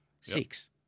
six